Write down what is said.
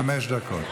חמש דקות.